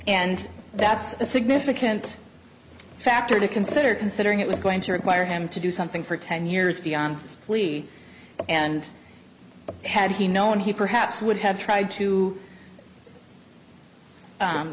and that's a significant factor to consider considering it was going to require him to do something for ten years beyond lee and had he known he perhaps would have tried to